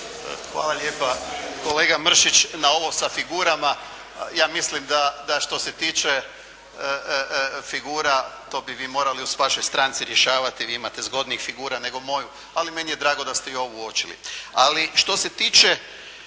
Hvala lijepa. Kolega Mršić na ovo sa figurama ja mislim da što se tiče figura to bi vi morali u vašoj stranci rješavati, vi imate zgodnih figura nego moju, ali meni je drago da ste vi ovu uočili.